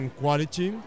quality